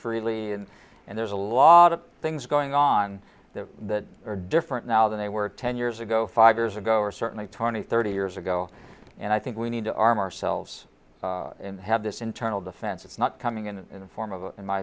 freely and there's a lot of things going on there that are different now than they were ten years ago five years ago or certainly turning thirty years ago and i think we need to arm ourselves and have this internal defense it's not coming in in the form of in my